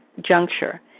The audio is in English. juncture